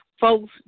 folks